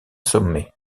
sommet